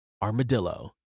Armadillo